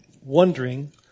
wondering